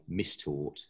mistaught